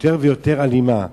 יותר ויותר אלימה.